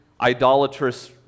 idolatrous